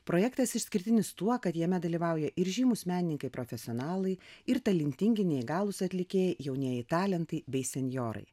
projektas išskirtinis tuo kad jame dalyvauja ir žymūs menininkai profesionalai ir talentingi neįgalūs atlikėjai jaunieji talentai bei senjorai